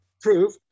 prove